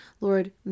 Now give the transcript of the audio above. lord